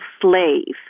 slave